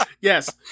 yes